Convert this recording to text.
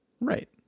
right